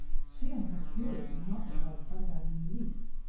she in her fury did not regard sundown in the least,